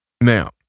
Now